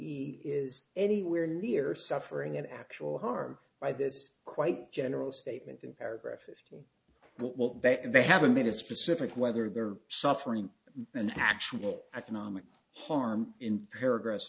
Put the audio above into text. g is anywhere near suffering an actual harm by this quite general statement in paragraph fifty what bet they haven't made a specific whether they're suffering an actual economic harm in paragra